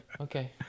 Okay